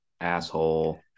asshole